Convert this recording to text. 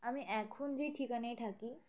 আমি এখন যেই ঠিকানায় থাকি